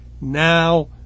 Now